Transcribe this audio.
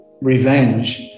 revenge